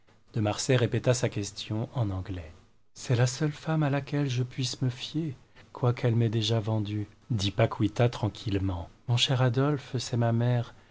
de marsay répéta sa question en anglais c'est la seule femme à laquelle je puisse me fier quoiqu'elle m'ait déjà vendue dit paquita tranquillement mon cher adolphe c'est ma mère